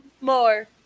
More